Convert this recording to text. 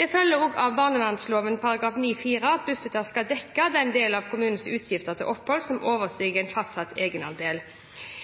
Det følger også av barnevernsloven § 9-4 at Bufetat skal dekke den del av kommunens utgifter til oppholdet som